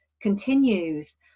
continues